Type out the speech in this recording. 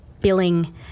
billing